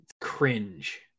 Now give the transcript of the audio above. Cringe